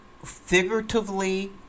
figuratively